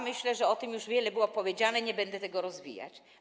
Myślę, że o tym już wiele było powiedziane, nie będę tego rozwijać.